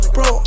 Bro